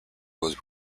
was